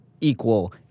equal